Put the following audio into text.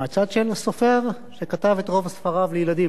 מהצד של סופר שכתב את רוב ספריו לילדים